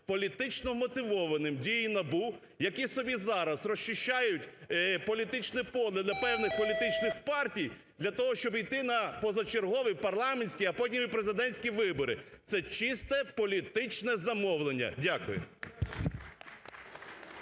політично вмотивованими дії НАБУ, які собі зараз розчищають політичне поле для певних політичних партій для того, щоб йти на позачергові парламентські, а потім і президентські вибори. Це чисто політичне замовлення. Дякую.